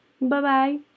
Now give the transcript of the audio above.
Bye-bye